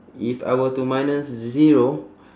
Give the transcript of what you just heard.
if I were to minus zero